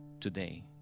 today